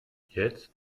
jetzt